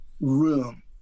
room